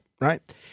right